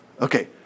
Okay